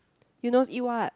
Eunos eat what